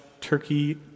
turkey